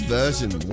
version